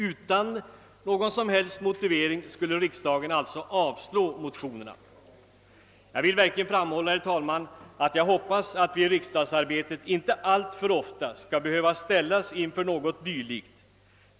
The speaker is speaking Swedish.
Utan någon som helst motivering skulle riksdagen alltså avslå motionerna. Jag vill framhålla, herr talman, att jag hoppas att vi i riksdagsarbetet inte alltför ofta skall behöva ställas inför något dylikt.